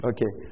Okay